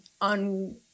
on